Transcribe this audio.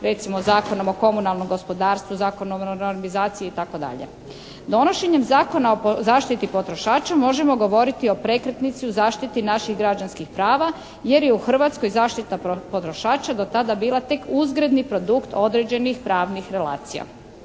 Recimo Zakonom o komunalnom gospodarstvu, Zakonom o normizaciji itd. Donošenjem Zakona o zaštiti potrošača možemo govoriti o prekretnici u zaštiti naših građanskih prava jer je u Hrvatskoj zaštita potrošača do tada bila tek uzgredni produkt određenih pravnih relacija.